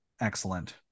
excellent